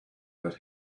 that